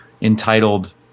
entitled